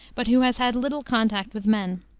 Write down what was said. but who has had little contact with men.